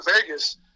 Vegas